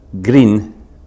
Green